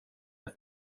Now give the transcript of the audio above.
ett